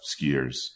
skiers